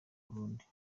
burundi